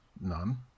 None